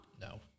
No